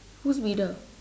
who's reader